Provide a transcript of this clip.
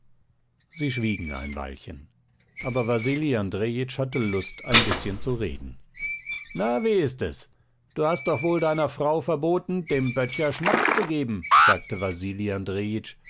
sie schwiegen ein weilchen aber wasili andrejitsch hatte lust ein bißchen zu reden na wie ist es du hast doch wohl deiner frau verboten dem böttcher schnaps zu geben sagte